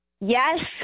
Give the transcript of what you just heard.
Yes